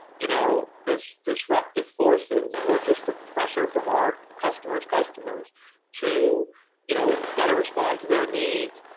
you know this disruptive forces or just the pressure from our customers customers to you know, better response to their needs.